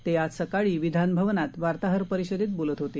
ते आज सकाळी विधान भवनात वार्ताहर परिषदेत बोलत होते